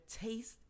taste